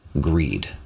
Greed